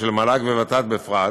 ושל מל"ג וות"ת בפרט,